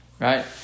right